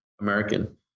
american